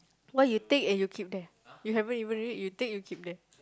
what you take and you keep there you haven't even read you take you keep there